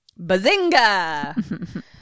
bazinga